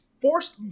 forced